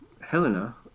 Helena